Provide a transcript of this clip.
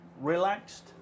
relaxed